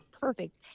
perfect